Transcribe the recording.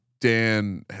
Dan